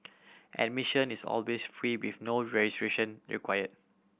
admission is always free with no registration require